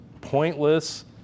pointless